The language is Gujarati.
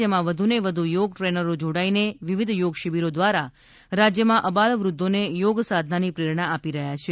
જેમાં વધુને વધુ યોગ ટ્રેનરો જોડાઇને વિવિધ યોગ શિબિરો દ્વારા રાજ્યમાં અબાલવૃધ્ધોને યોગસાધનાની પ્રેરણા આપી રહ્યાં છે